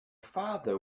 father